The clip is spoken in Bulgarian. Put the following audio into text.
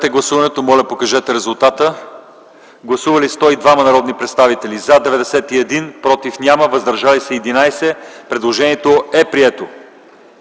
Гласували 102 народни представители: за 91, против няма, въздържали се 11. Предложението е прието.